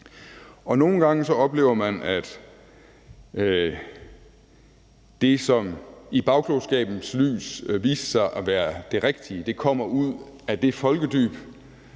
nogle gange oplever man, at det, som i bagklogskabens lys viste sig at være det rigtige, kommer ud af det folkedyb,